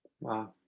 Wow